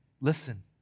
Listen